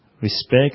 respect